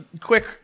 quick